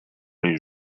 les